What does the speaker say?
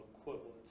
equivalent